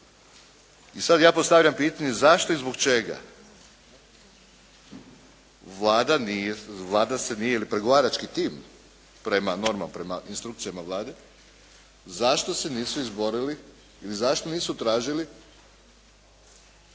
I sad ja postavljam pitanje zašto i zbog čega Vlada se nije, ili pregovarački tim prema instrukcijama Vlade zašto se nisu izborili i zašto nisu tražili